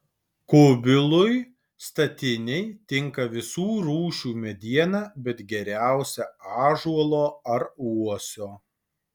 kubilui statinei tinka visų rūšių mediena bet geriausia ąžuolo ar uosio